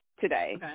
today